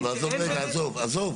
עכשיו,